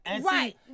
right